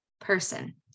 person